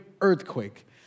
earthquake